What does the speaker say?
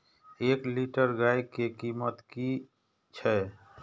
एक लीटर गाय के कीमत कि छै?